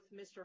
Mr